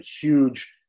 huge